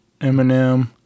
Eminem